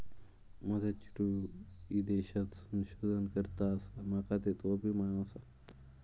माझा चेडू ईदेशात संशोधन करता आसा, माका त्येचो अभिमान आसा